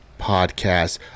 podcast